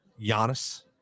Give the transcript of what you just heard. Giannis